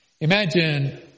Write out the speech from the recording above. imagine